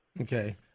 Okay